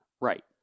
Right